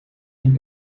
geen